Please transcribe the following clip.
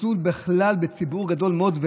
זלזול בכלל בציבור גדול מאוד,